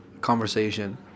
conversation